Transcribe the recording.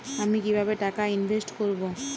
আমি কিভাবে টাকা ইনভেস্ট করব?